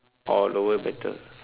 oh lower better